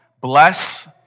bless